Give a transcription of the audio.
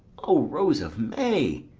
o rose of may!